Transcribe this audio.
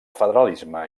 federalisme